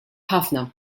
ħafna